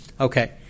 Okay